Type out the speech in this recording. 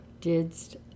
didst